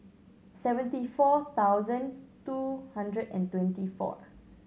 seventy four thousand two hundred and twenty four